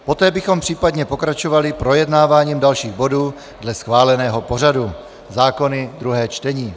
Poté bychom případně pokračovali projednáváním dalších bodů dle schváleného pořadu zákony druhé čtení.